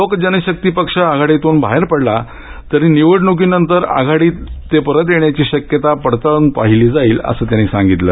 लोकजनशक्ती पक्ष आघाडीतून बाहेर पडला असला तरी निवडणुकीनंतर आघाडीत परत येण्याची शक्यता पडताळून पाहिली जाईल असं त्यांनी सांगितलं